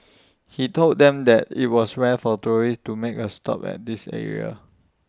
he told them that IT was rare for tourists to make A stop at this area